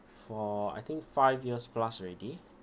for I think five years plus already